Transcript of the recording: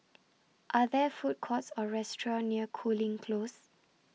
Are There Food Courts Or restaurants near Cooling Close